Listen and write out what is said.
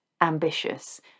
ambitious